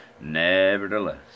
Nevertheless